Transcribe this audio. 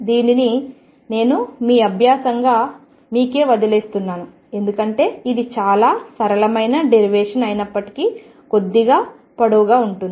దీనిని నేను అభ్యాసం గా మీకే వదిలివేస్తున్నాను ఎందుకంటే ఇది చాలా సరళమైన డెరివేషన్ అయినప్పటికీ కొద్దిగా పొడవుగా ఉంటుంది